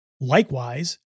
Likewise